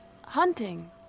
Hunting